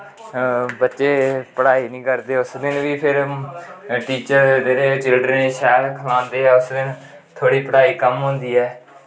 बच्चे पढ़ाई निं करदे उस दिन बी फिर टीचर जेह्ड़े चिल्डर्नें गी शैल खलांदे ऐ उस दिन थोह्ड़ी पढ़ाई कम होंदी ऐ